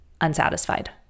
unsatisfied